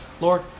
Lord